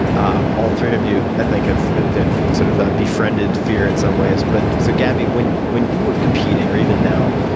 ah all three of you i think have sort of ah befriended fear in some ways. but so gabby, when when you were competing, or even now,